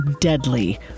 deadly